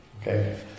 Okay